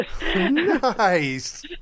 Nice